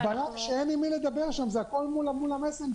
ועל-אף שאין עם מי לדבר שם, זה הכל מול המסנג'ר.